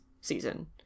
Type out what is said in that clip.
season